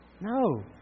No